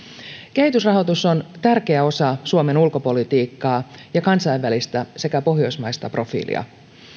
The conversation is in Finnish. kehitysrahoitus on tärkeä osa suomen ulkopolitiikkaa ja kansainvälistä sekä pohjoismaista profiilia